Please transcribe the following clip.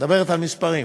את מדברת על מספרים,